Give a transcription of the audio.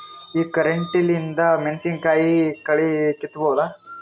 ಈ ಕಂಟಿಲಿಂದ ಮೆಣಸಿನಕಾಯಿ ಕಳಿ ಕಿತ್ತಬೋದ?